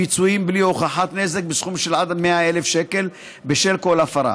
פיצויים בלא הוכחת נזק בסכום של עד 100,000 שקל בשל כל הפרה.